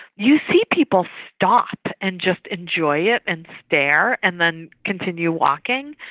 you see people stop and just enjoy it and stare and then continue walking.